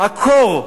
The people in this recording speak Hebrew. לעקור,